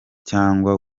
cyangwa